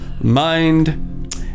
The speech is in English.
mind